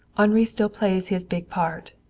henri still plays his big part,